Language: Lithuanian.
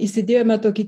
įsidėjome tokį